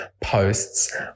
posts